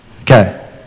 Okay